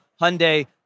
Hyundai